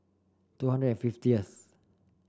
two hundred and fiftieth